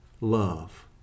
love